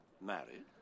Married